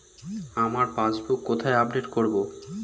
আমার পাসবুক কোথায় আপডেট করব?